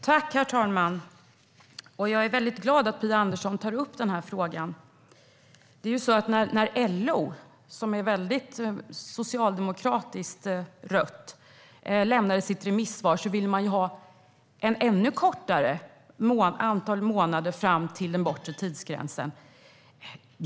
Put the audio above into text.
Herr talman! Jag är glad att Phia Andersson tar upp frågan. När LO - socialdemokratiskt rött - lämnade sitt remissvar ville man ha ännu färre månader fram till den bortre tidsgränsen.